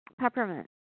Peppermint